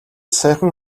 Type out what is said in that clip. саяхан